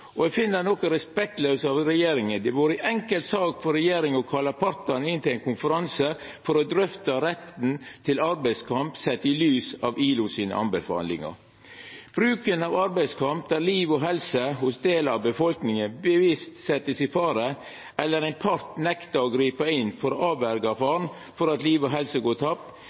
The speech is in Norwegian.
og eg finn det noko respektlaust av regjeringa. Det hadde vore ei enkel sak for regjeringa å kalla partane inn til ein konferanse for å drøfta retten til arbeidskamp sett i lys av ILOs anbefalingar. Bruken av arbeidskamp der liv og helse hos delar av befolkninga bevisst vert sett i fare, eller ein part nektar å gripa inn for å hindra faren for at liv og helse går